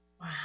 Wow